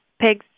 pigs